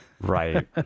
Right